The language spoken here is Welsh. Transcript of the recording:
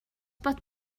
bod